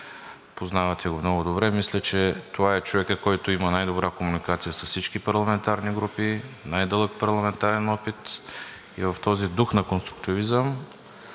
Познавате го много добре. Мисля, че това е човекът, който има най-добра комуникация с всички парламентарни групи, най дълъг парламентарен опит и в този дух на конструктивизъм